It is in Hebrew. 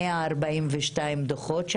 עברתם על 142 דוחות.